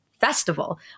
festival